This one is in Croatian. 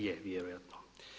Je vjerojatno.